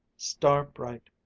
star-bright,